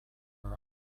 are